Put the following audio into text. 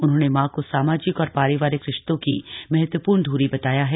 उन्होंने मां को सामाजिक और पारिवारिक रिश्तों की महत्वपूर्ण ध्री बताया है